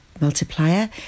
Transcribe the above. multiplier